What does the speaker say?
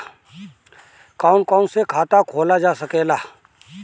कौन कौन से खाता खोला जा सके ला?